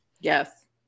Yes